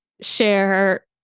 share